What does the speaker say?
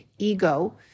Ego